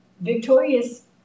victorious